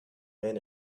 men